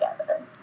together